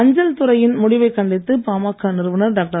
அஞ்சல் துறையின் முடிவை கண்டித்து பாமக நிறுவனர் டாக்டர்